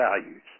values